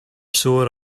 sore